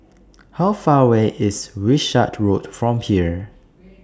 How Far away IS Wishart Road from here